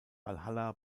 walhalla